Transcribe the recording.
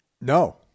no